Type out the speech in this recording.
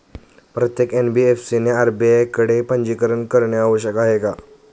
प्रत्येक एन.बी.एफ.सी ने आर.बी.आय कडे पंजीकरण करणे आवश्यक आहे का?